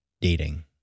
dating